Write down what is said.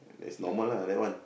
is normal lah that one